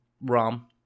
ROM